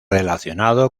relacionado